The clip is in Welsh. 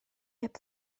heb